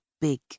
big